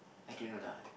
I don't know lah